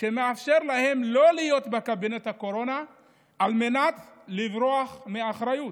שמאפשר להם לא להיות בקבינט הקורונה על מנת לברוח מאחריות,